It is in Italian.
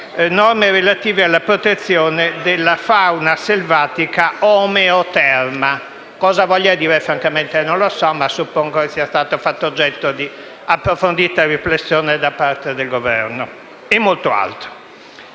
norme relative alla protezione della fauna selvatica omeoterma (cosa voglia dire francamente non lo so, ma suppongo che sia stata fatta oggetto di approfondita riflessione da parte del Governo) e molto altro.